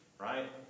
Right